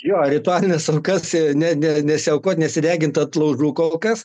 jo ritualines aukas ne ne nesiaukot nesidegint ant laužų kol kas